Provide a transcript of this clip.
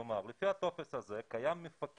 כלומר, לפי הטופס הזה יש מפקח